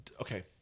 Okay